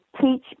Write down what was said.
teach